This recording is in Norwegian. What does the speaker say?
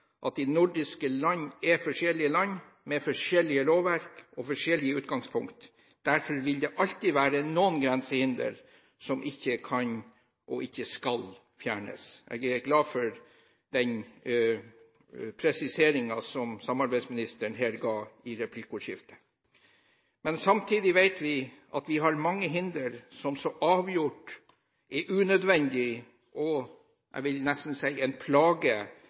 at de nordiske land er forskjellige land med forskjellige lovverk og forskjellig utgangspunkt. Derfor vil det alltid være noen grensehindre som ikke kan – og ikke skal – fjernes. Jeg er glad for den presiseringen som samarbeidsministeren her ga i replikkordskiftet. Samtidig vet vi at vi har mange hindre som så avgjort er unødvendige og – jeg vil nesten si – en plage